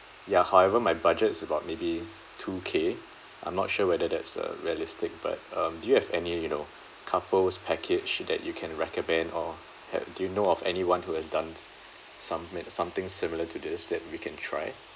ya however my budget is about maybe two K I'm not sure whether that's uh realistic but um do you have any you know couples package that you can recommend or had do you know of anyone who has done some men something similar to this that we can try